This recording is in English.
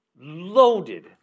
loaded